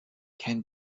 can